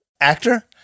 actor